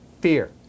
Fear